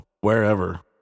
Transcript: wherever